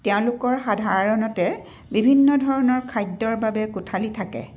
তেওঁলোকৰ সাধাৰণতে বিভিন্ন ধৰণৰ খাদ্যৰ বাবে কোঠালি থাকে